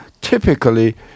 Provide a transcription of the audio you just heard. typically